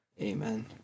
Amen